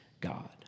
God